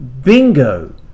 bingo